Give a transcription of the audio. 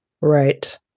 Right